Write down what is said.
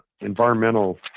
environmental